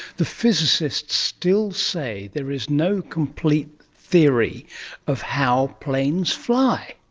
the physicists still say there is no complete theory of how planes fly.